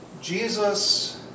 Jesus